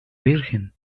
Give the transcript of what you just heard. virgen